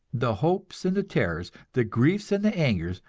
the hopes and the terrors, the griefs and the angers,